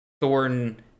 Thornton